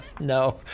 No